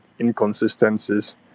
inconsistencies